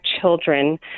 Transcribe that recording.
children